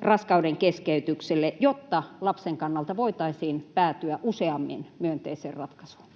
raskaudenkeskeytykselle, jotta lapsen kannalta voitaisiin päätyä useammin myönteiseen ratkaisuun?